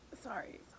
Sorry